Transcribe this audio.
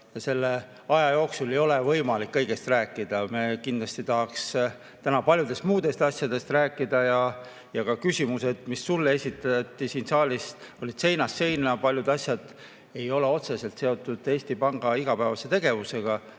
Selle aja jooksul ei ole võimalik kõigest rääkida. Me kindlasti tahaks täna ka paljudest muudest asjadest rääkida ja küsimusedki, mis sulle siin saalis esitati, olid seinast seina. Paljud asjad ei ole otseselt seotud Eesti Panga igapäevase tegevusega,